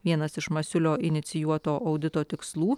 vienas iš masiulio inicijuoto audito tikslų